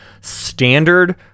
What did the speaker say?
standard